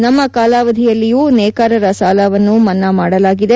ನಮ್ಮ ಕಾಲಾವಧಿಯಲ್ಲಿಯೂ ನೇಕಾರರ ಸಾಲವನ್ನು ಮನ್ನಾ ಮಾಡಲಾಗಿದೆ